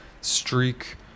streak